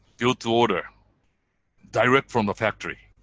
build to order direct from the factory.